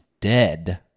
dead